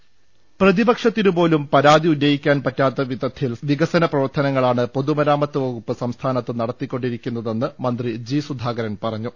രുട്ട്ട്ട്ട്ട്ട്ട്ട പ്രതിപക്ഷത്തിനുപോലും പരാതി ഉന്നയിക്കാൻ പറ്റാത്ത് വിധത്തിൽ വിക സന പ്രവർത്തനങ്ങളാണ് പൊതുമരാമത്ത് വകുപ്പ് സംസ്ഥാനത്ത് നടത്തി ക്കൊണ്ടിരിക്കുന്നതെന്ന് മന്ത്രി ജി സുധാകരൻ പറഞ്ഞു